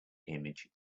image